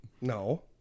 No